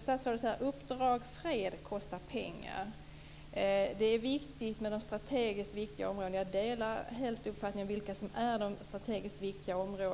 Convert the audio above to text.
Statsrådet sade att Uppdrag fred kostar pengar och att det är viktigt med de strategiskt viktiga områdena. Jag delar helt uppfattningen om vilka områden som är de strategiskt viktiga.